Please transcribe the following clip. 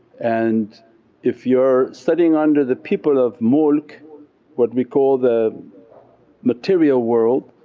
and if you're studying under the people of mulk what we call the material world,